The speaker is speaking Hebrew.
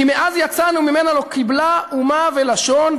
כי מאז יצאנו ממנה לא קיבלה אומה ולשון,